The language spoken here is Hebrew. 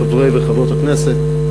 חברי וחברות הכנסת,